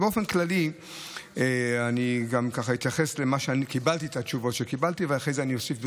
באופן כללי אני אתייחס לתשובות שקיבלתי ואחר כך אוסיף,